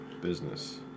business